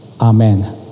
Amen